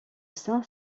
saint